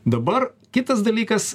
dabar kitas dalykas